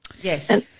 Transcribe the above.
Yes